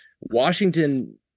Washington –